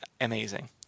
amazing